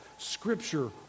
Scripture